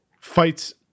fights